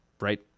right